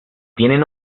tienen